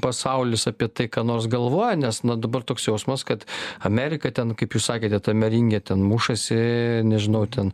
pasaulis apie tai ką nors galvoja nes nu dabar toks jausmas kad amerika ten kaip jūs sakėte tame ringe ten mušasi nežinau ten